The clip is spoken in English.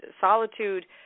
solitude